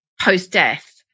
post-death